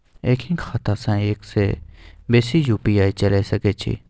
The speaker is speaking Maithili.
एक ही खाता सं एक से बेसी यु.पी.आई चलय सके छि?